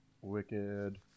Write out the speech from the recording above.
Wicked